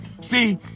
See